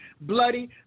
bloody